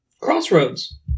Crossroads